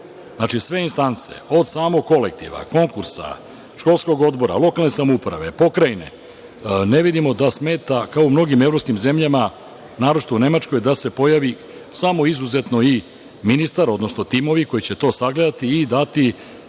prošla sve istance, od samog kolektiva, konkursa, školskog odbora, lokalne samouprave, pokrajine, ne vidimo da smeta kao u mnogim evropskim zemljama, naročito u Nemačkoj da se pojavi samo izuzetno i ministar, odnosno timovi koji će to sagledati i dati